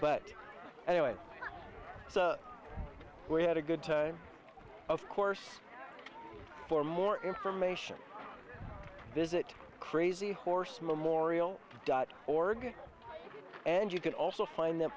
but anyway so we had a good time of course for more information visit crazy horse memorial dot org and you can also find th